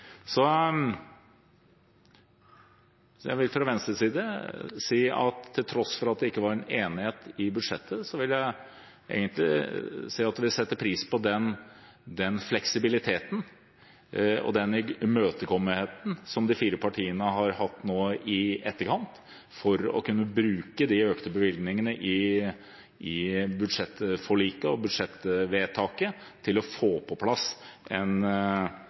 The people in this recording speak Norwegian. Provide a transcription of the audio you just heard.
Jeg vil fra Venstres side si at til tross for at det ikke var enighet i forbindelse med budsjettet, setter vi pris på den fleksibiliteten og den imøtekommenheten som de fire partiene har hatt i etterkant, ved å kunne bruke de økte bevilgningene i budsjettforliket og i budsjettvedtaket til å få på plass en